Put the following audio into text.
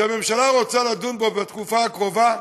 שהממשלה רוצה לדון בו בתקופה הקרובה,